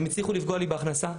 הם הצליחו לפגוע לי בהכנסה,